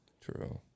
True